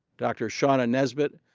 dr. shawna nesbitt,